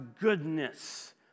goodness